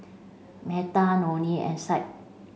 Metha Nonie and